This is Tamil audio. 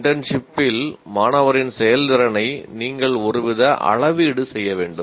இன்டர்ன்ஷிப்பில் மாணவரின் செயல்திறனை நீங்கள் ஒருவித அளவீடு செய்ய வேண்டும்